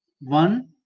one